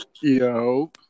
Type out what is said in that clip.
yo